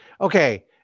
okay